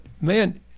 man